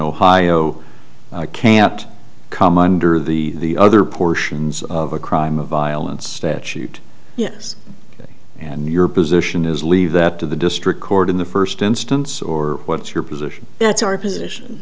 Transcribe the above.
ohio can't come under the other portions of a crime of violence that shute yes and your position is leave that to the district court in the first instance or what's your position that's our position